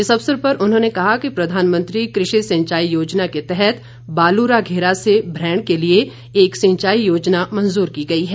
इस अवसर पर उन्होंने कहा कि प्रधानमंत्री कृषि सिंचाई योजना के तहत बालू रा घेरा से भ्रैण के लिए एक सिंचाई योजना मंजूर की गई है